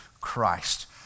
Christ